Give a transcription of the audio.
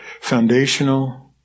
foundational